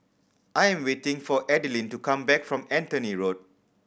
I am waiting for Adilene to come back from Anthony Road